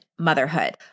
motherhood